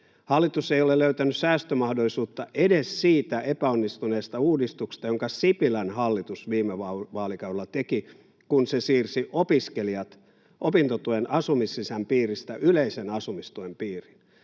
Hallitus ei ole löytänyt säästömahdollisuutta edes siitä epäonnistuneesta uudistuksesta, jonka Sipilän hallitus viime vaalikaudella teki, kun se siirsi opiskelijat opintotuen asumislisän piiristä yleisen asumistuen piiriin.